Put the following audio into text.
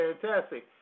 fantastic